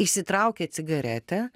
išsitraukia cigaretę